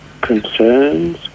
concerns